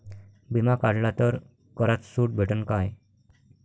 बिमा काढला तर करात सूट भेटन काय?